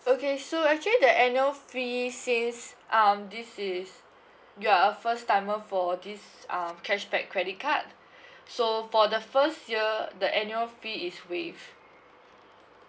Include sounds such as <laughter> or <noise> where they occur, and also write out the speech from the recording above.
okay so actually the annual fees since um this is you're a first timer for this uh cashback credit card <breath> so for the first year the annual fee is waived